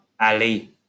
Ali